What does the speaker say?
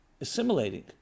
assimilating